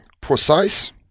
Precise